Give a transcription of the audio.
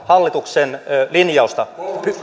hallituksen linjausta